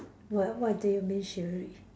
what what do you mean chivalry